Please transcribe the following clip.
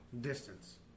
Distance